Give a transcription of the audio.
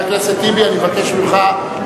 חבר הכנסת טיבי, אני מבקש ממך.